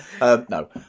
No